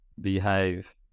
behave